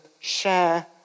share